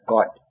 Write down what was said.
God